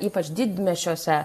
ypač didmiesčiuose